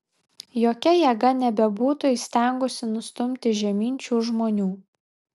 jokia jėga nebebūtų įstengusi nustumti žemyn šių žmonių